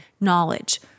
knowledge